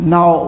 Now